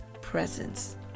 presence